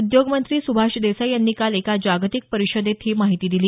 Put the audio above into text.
उद्योगमंत्री सुभाष देसाई यांनी काल एका जागतिक परिषदेत ही माहिती दिली